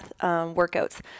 workouts